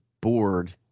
bored